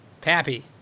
Pappy